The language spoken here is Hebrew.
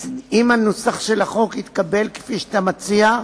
אם הנוסח של החוק יתקבל כפי שאתה מציע,